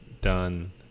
done